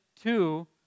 Two